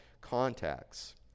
contacts